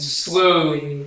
slowly